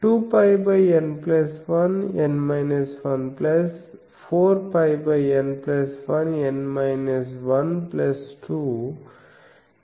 2πN14πN1N 12 ఇస్తుంది